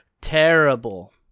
terrible